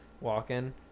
walking